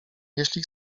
jeśli